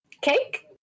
cake